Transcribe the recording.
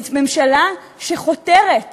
ממשלה שחותרת